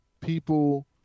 people